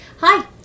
Hi